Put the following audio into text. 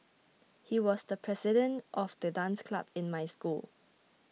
he was the president of the dance club in my school